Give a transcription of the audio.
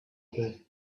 pit